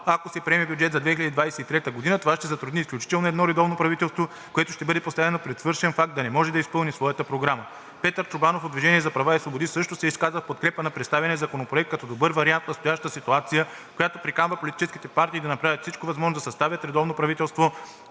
ако се приеме бюджет за 2023 г. това ще затрудни изключително едно редовно правителство, което ще бъде поставено пред свършен факт да не може да изпълни своята програма. Петър Чобанов от „Движение за права и свободи“ също се изказа в подкрепа на представения законопроект като добър вариант в настоящата ситуация, която приканва политическите партии да направят всичко възможно да съставят редовно правителство,